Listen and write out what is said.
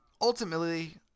Ultimately